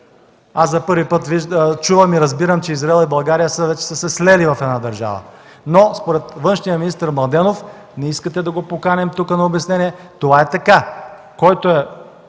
Аз за първи път чувам и разбирам, че Израел и България вече са се слели в една държава, но според външният министър Младенов – не искате да го поканим тук на обяснение – това е така: